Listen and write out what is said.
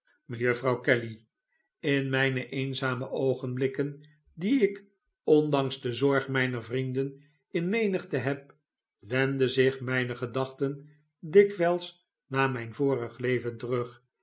mejuffrouw kelly in mijne eenzame oogenblikken die ik ondanks de zorg mijner vrienden in menigte heb wenden zich mijne gedacliten dikwijls naar mijn vorig leven terug